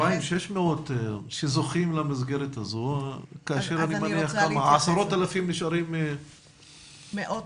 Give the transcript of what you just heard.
2,600 זוכים למסגרת הזאת כאשר יש עשרות אלפים שנשארים מאחור.